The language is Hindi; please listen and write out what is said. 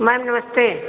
मैम नमस्ते